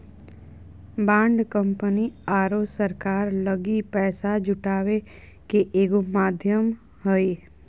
bond company आरो सरकार लगी पैसा जुटावे के एगो माध्यम हइ